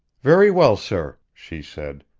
very well, sir, she said.